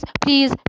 please